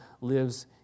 lives